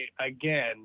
again